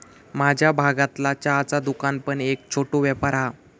माझ्या भागतला चहाचा दुकान पण एक छोटो व्यापार हा